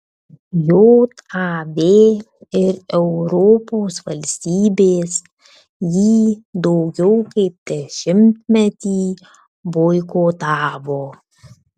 jav ir europos valstybės jį daugiau kaip dešimtmetį boikotavo